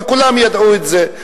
וכולם ידעו את זה,